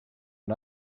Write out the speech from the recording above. are